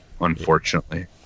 unfortunately